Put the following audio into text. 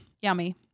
Yummy